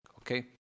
okay